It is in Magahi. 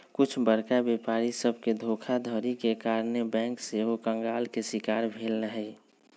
कुछ बरका व्यापारी सभके धोखाधड़ी के कारणे बैंक सेहो कंगाल के शिकार भेल हइ